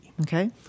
Okay